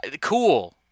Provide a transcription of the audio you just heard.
Cool